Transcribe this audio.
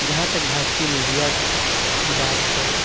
جہاں تک بھارتی میڈیا کی بات ہے